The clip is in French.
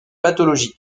pathologie